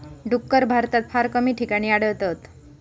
डुक्कर भारतात फार कमी ठिकाणी आढळतत